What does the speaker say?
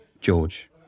George